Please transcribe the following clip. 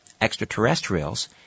extraterrestrials